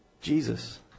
jesus